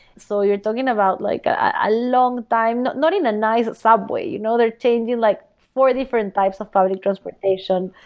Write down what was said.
so you're talking about like a long time, not not in a nice subway. you know they're changing like four different types of public transportation,